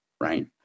right